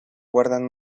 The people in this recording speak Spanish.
guardan